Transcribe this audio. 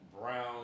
brown